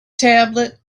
tablet